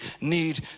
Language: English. need